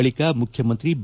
ಬಳಿಕ ಮುಖ್ಯಮಂತ್ರಿ ಬಿ